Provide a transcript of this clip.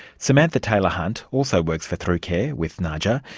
samantha taylor hunt also works for through care, with naaja.